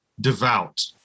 devout